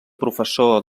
professor